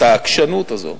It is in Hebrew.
את העקשנות הזאת,